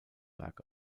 werk